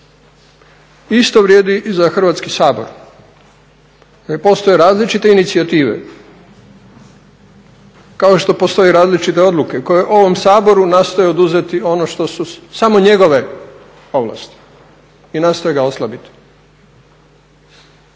Isto vrijedi i za Hrvatski sabor, jel postoje različite inicijative, kao što postoje i različite odluke koje ovom Saboru nastoje oduzeti ono što su samo njegove ovlasti i nastoji ga oslabiti.